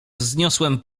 wzniosłem